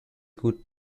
could